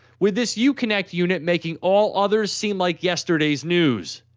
with this yeah uconnect unit making all others seem like yesterday's news.